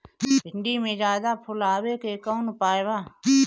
भिन्डी में ज्यादा फुल आवे के कौन उपाय बा?